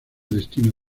destino